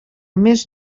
més